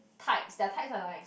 tights their tights are nice